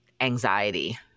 anxiety